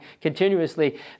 continuously